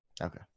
Okay